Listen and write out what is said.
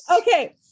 Okay